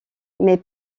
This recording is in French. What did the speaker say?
mais